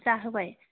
जाहोबाय